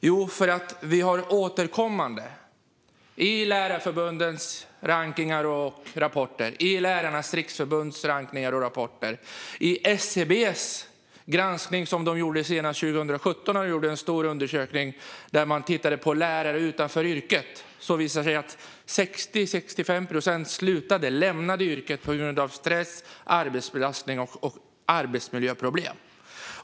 Jo, det beror på något vi återkommande har sett i Lärarförbundets rankningar och rapporter, i Lärarnas Riksförbunds rankningar och rapporter och i SCB:s granskning, som man senast gjorde 2017. Då gjorde man en stor undersökning där man tittade på lärare utanför yrket. Det har visat sig att 60-65 procent av dem som lämnat yrket gjort det på grund av stress, arbetsbelastning och arbetsmiljöproblem.